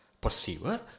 Perceiver